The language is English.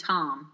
Tom